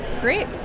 Great